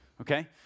okay